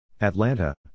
Atlanta